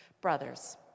Brothers